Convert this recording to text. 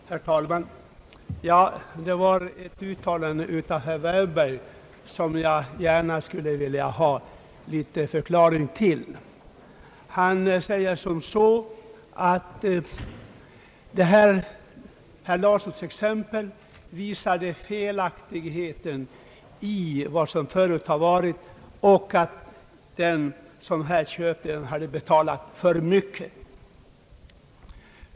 Herr talman! Det var ett uttalande av herr Wärnberg som jag gärna skulle vilja ha en liten förklaring till. Han sade att herr Larssons exempel visar felaktigheten i vad som förut har gällt och att den som köpte hade betalat för mycket.